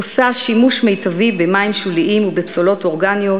עושה שימוש מיטבי במים שוליים ובפסולות אורגניות